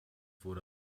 wurde